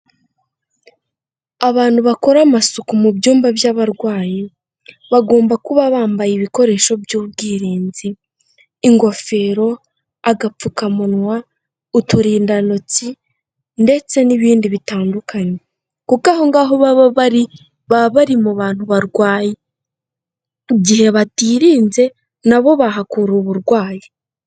Abantu bakora amasuku mu byumba by'abarwayi bagomba kuba bambaye ibikoresho by'ubwirinzi, ingofero, agapfukamunwa, uturindantoki, ndetse n'ibindi bitandukanye. Kuko aho ngaho baba bari baba bari mu bantu barwaye. Igihe batirinze na bo bahakura uburwayi.